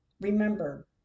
Remember